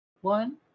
one